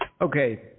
Okay